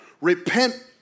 Repent